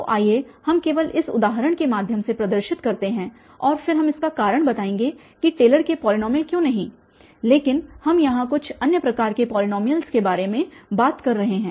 तो आइए हम केवल इस उदाहरण के माध्यम से प्रदर्शित करते हैं और फिर हम इसका कारण बताएंगे कि टेलर के पॉलीनॉमियल क्यों नहीं लेकिन हम यहाँ कुछ अन्य प्रकार के पॉलीनोमीयल्स के बारे में बात कर रहे हैं